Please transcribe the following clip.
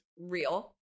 real